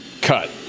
cut